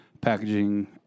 packaging